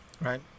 Right